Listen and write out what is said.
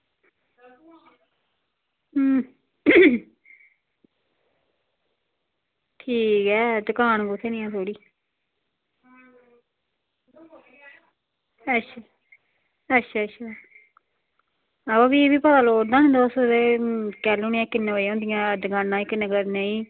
हूं ठीक ऐ दकान कुत्थें नेही ऐ थोह्ड़ी अच्छा अच्छा अच्छा अवा फ्ही बी पता लोड़दा निं तुस ते कैल्लू ने ते किन्ने बजे होंदियां दकानां एह् किन्ने बजे नेईं